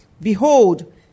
Behold